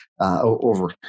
over